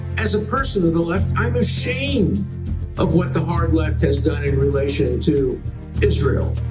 as a person of the left, i'm ashamed of what the hard left has done in relation to israel.